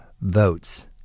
votes